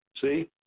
See